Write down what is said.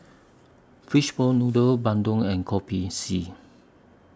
Fish Ball Noodles Bandung and Kopi C